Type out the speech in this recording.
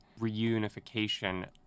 reunification